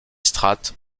strates